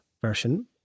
version